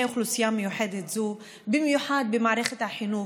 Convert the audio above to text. אוכלוסייה מיוחדת זו במיוחד במערכת החינוך,